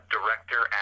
Director